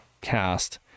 cast